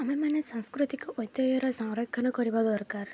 ଆମେମାନେ ସାଂସ୍କୃତିକ ଐତିହ୍ୟର ସଂରକ୍ଷଣ କରିବା ଦରକାର